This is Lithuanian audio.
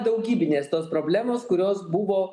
daugybinės tos problemos kurios buvo